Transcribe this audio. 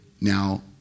now